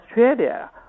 Australia